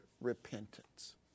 repentance